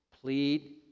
Plead